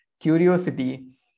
curiosity